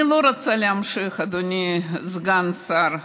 אני לא רוצה להמשיך, אדוני סגן השר,